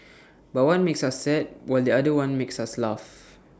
but one makes us sad while the other one makes us laugh